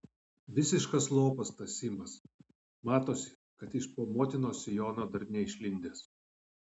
visiškas lopas tas simas matosi kad iš po motinos sijono dar neišlindęs